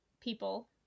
people